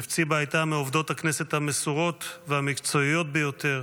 חפציבה הייתה מעובדות הכנסת המסורות והמקצועיות ביותר,